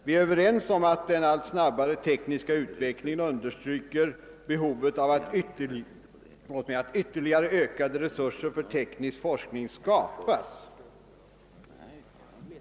Vi är överens om att den allt snabbare tekniska utvecklingen visar behovet av att resurserna för den tekniska forskningen ytterligare ökas.